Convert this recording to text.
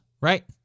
right